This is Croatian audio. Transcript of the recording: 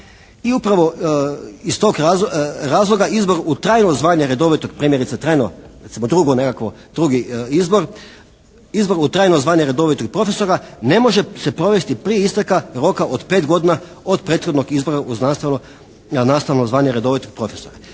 drugi izbor, izbor u trajno zvanje redovitog profesora ne može se provesti prije isteka roka od pet godina od prethodnog izbora u znanstveno, nastavno zvanje redovitog profesora.